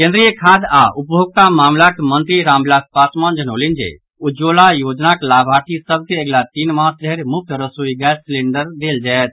केन्द्रीय खाद्य आओर उपभोक्ता मामिलाक मंत्री रामविलास पासवान जनौलनि जे उज्ज्वला योजनाक लाभार्थी सभ के अगिला तीन मास धरि मुफ्त रसोई गैस सिलेंडर देल जायत